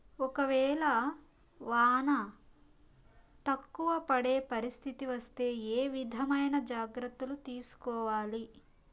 ఒక వేళ వాన తక్కువ పడే పరిస్థితి వస్తే ఏ విధమైన జాగ్రత్తలు తీసుకోవాలి?